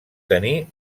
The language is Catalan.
tenir